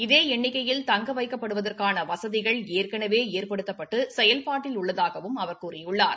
இதே எண்ணிக்கையில் தங்க வைக்கப்படுவதற்கான வசதிகள் ஏற்கனவே ஏற்படுத்தப்பட்டு செயல்பாட்டில் உள்ளதாகவும் அவர் கூறியுள்ளார்